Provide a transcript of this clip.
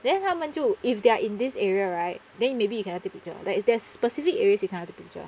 then 他们就 if they're in this area right then maybe you cannot take picture there's specific areas you cannot take picture